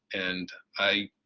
and i